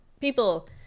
people